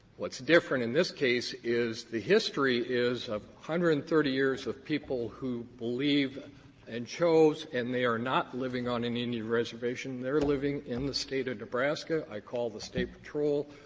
what's different in this case is the history is one hundred and thirty years of people who believe and chose. and they are not living on an indian reservation they are living in the state of nebraska. i call the state patrol.